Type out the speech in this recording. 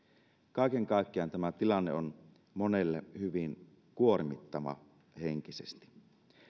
kaiken kaikkiaan tämä tilanne on monelle hyvin kuormittava henkisesti